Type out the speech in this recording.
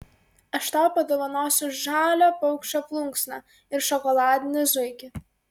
aš tau padovanosiu žalią paukščio plunksną ir šokoladinį zuikį